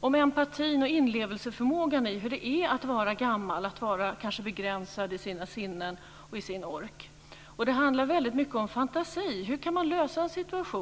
och om empatin och inlevelseförmågan i hur det är att vara gammal och kanske begränsad i sina sinnen och i sin ork. Det handlar mycket om fantasi. Hur kan man lösa en situation?